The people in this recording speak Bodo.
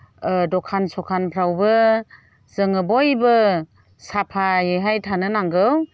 दखान सखानफ्रावबो जोङो बयबो साफायै थानो नांगौ